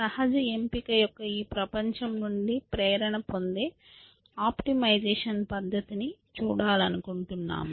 సహజ ఎంపిక యొక్క ఈ ప్రపంచం నుండి ప్రేరణ పొందే ఆప్టిమైజేషన్ పద్ధతిని చూడాలనుకుంటున్నాము